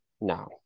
No